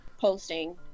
posting